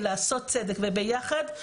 של לעשות צדק וביחד,